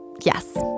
yes